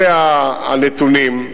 אלה הנתונים.